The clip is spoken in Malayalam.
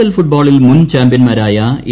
എൽ ഫുട്ബോളിൽ മുൻ ചാമ്പ്യൻമാരായ എ